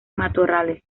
matorrales